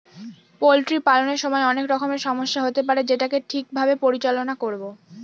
poultry পালনের সময় অনেক রকমের সমস্যা হতে পারে যেটাকে ঠিক ভাবে পরিচালনা করবো